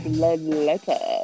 Bloodletter